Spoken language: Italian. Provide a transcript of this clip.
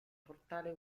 portale